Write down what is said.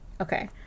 Okay